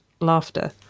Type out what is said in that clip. laughter